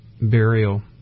burial